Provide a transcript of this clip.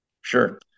Sure